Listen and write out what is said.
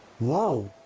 whoa!